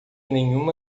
nenhuma